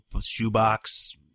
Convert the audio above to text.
shoebox